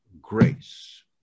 grace